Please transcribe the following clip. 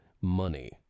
money